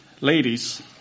Ladies